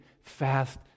fast